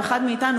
או אחד מאתנו,